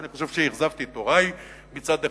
אני חושב שאכזבתי את הורי מצד אחד,